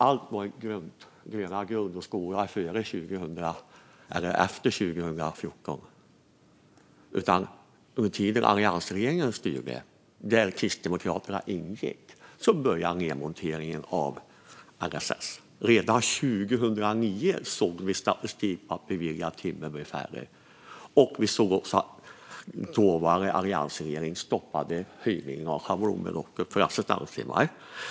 Allt var inte guld och gröna skogar före 2014 heller. Under tiden då alliansregeringen, där Kristdemokraterna ingick, styrde började nedmonteringen av LSS. Redan 2009 såg vi statistik på att de beviljade timmarna blivit färre. Dåvarande alliansregering stoppade också en höjning av schablonbeloppet för assistanstimmar.